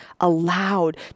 allowed